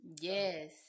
Yes